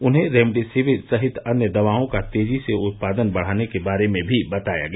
उन्हें रेमडेसिविर सहित दवाओं का तेजी से उत्पादन बढाने के बारे में भी बताया गया